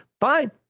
fine